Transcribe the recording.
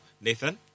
Nathan